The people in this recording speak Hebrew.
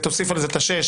ותוסיף על זה את ה-6%,